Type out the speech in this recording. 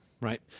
right